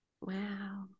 Wow